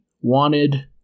wanted